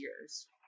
years